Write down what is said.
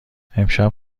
امشب